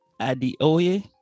Adioye